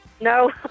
No